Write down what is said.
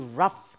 rough